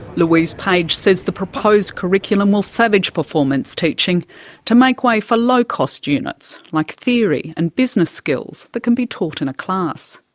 louise page says the proposed curriculum will savage performance teaching to make way for low-cost units, like theory and business skills, that can be taught in a class.